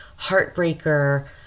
Heartbreaker